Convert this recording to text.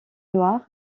noirs